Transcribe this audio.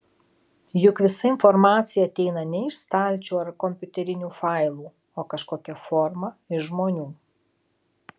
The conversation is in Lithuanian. juk visa informacija ateina ne iš stalčių ar kompiuterinių failų o kažkokia forma iš žmonių